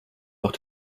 noch